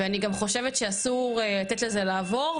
אני גם חושבת שאסור לתת לזה לעבור,